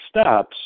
steps